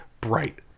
Bright